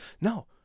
No